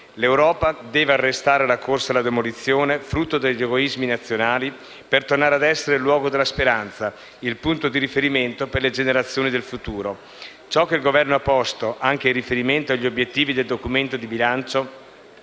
L'Europa deve arrestare la corsa alla demolizione, frutto degli egoismi nazionali, per tornare a essere il luogo della speranza, il punto dì riferimento per le generazioni del futuro. Ciò che il Governo ha posto, anche in riferimento agli obiettivi del Documento di bilancio,